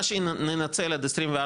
מה שננצל עד 24,